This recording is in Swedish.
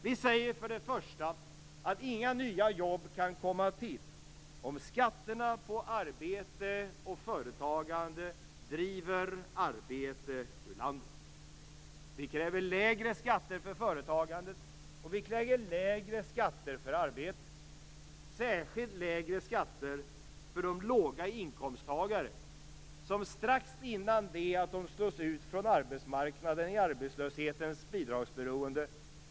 Vi säger för det första att inga nya jobb kan komma till om skatterna på arbete och företagande driver arbete ur landet. Vi kräver lägre skatter för företagande och lägre skatter för arbete - särskilt lägre skatter för de låginkomsttagare som strax innan de slås ut från arbetsmarknaden hamnar i arbetslöshetens bidragsberoende.